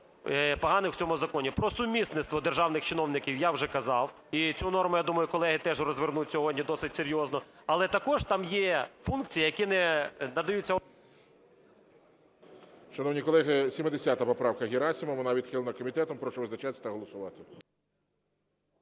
поганих у цьому законі. Про сумісництво державних чиновників я вже казав. І цю норму, я думаю, колеги теж розвернуть сьогодні досить серйозно. Але також там є функції, які... ГОЛОВУЮЧИЙ. Шановні колеги, 70 поправка Герасимова. Вона відхилена комітетом. Прошу визначатися та голосувати.